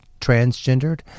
transgendered